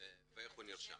ואיך הוא נרשם.